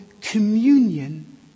communion